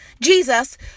Jesus